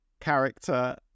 character